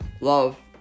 Love